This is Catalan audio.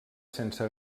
sense